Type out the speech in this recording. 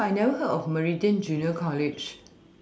eh but I never heard of meridian junior college